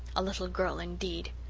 a little girl indeed!